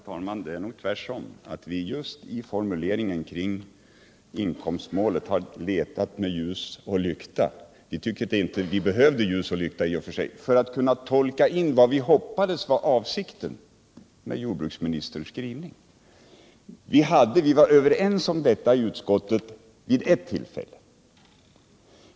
Herr talman! Det är nog tvärtom, att vi just i formuleringen kring inkomstmålet har letat med ljus och lykta för att kunna tolka in vad vi hoppades var avsikten med jordbruksministerns skrivning. Vi var överens om detta i utskottet vid ett tillfälle.